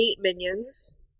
minions